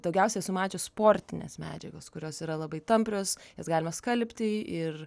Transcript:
daugiausiai esu mačius sportinės medžiagos kurios yra labai tamprios jas galima skalbti ir